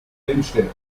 helmstedt